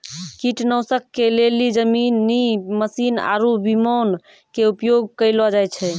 कीटनाशक के लेली जमीनी मशीन आरु विमान के उपयोग कयलो जाय छै